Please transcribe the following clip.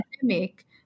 pandemic